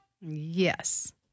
Yes